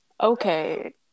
Okay